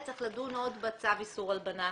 צריך עוד לדון בצו איסור הלבנת